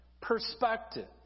perspective